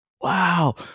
wow